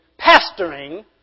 pastoring